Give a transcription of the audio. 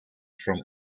from